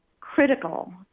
critical